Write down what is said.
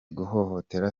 guhohotera